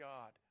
God